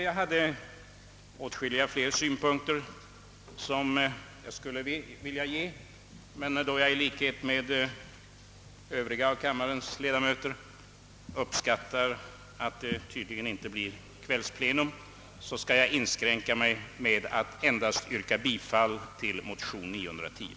Jag hade åtskilligt fler synpunkter, som jag hade velat anföra, men då jag i likhet med kammarens övriga ledamöter uppskattar att vi inte får kvällsplenum skall jag inskränka mig till att endast yrka bifall till motion II: 910.